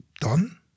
done